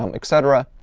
um et cetera.